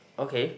okay